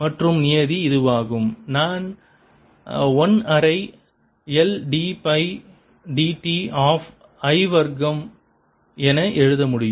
மற்ற நியதி இதுவாகும் இதை நான் 1 அரை L d by dt of I வர்க்கம் என எழுத முடியும்